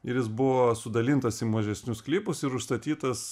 ir jis buvo sudalintas į mažesnius sklypus ir užstatytas